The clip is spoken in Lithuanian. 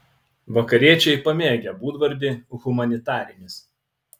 vakariečiai pamėgę būdvardį humanitarinis